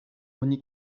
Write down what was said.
oni